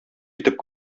итеп